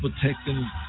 protecting